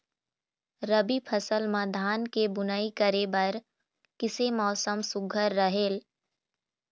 रबी फसल म धान के बुनई करे बर किसे मौसम सुघ्घर रहेल?